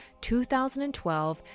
2012